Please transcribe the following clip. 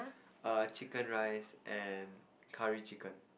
err chicken rice and curry chicken